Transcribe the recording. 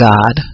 God